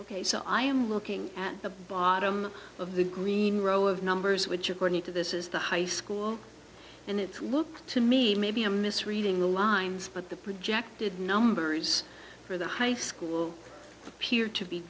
ok so i am looking at the bottom of the green row of numbers which according to this is the high school and it looks to me maybe i'm misreading the lines but the projected numbers for the high school appear to be